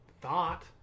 thought